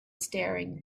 staring